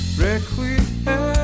requiem